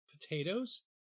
potatoes